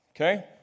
okay